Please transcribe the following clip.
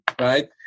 right